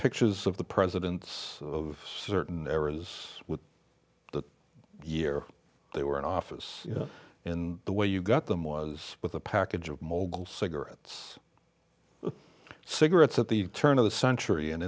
pictures of the presidents of certain areas with the year they were in office and the way you got them was with a package of mogul cigarettes cigarettes at the turn of the century and